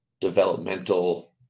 developmental